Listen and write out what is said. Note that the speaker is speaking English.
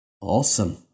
Awesome